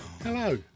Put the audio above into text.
Hello